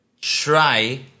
try